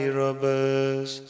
robbers